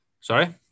Sorry